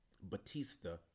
Batista